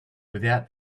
without